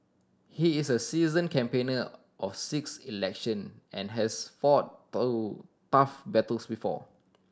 he is a seasoned campaigner of six election and has fought tough battles before